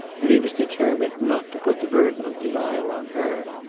and he was determined not to put the burden of denial on her.